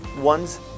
ones